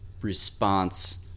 response